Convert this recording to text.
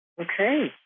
Okay